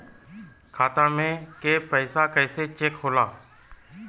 खाता में के पैसा कैसे चेक होला?